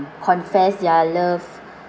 confess their love